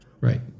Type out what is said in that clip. Right